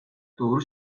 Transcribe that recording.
doğru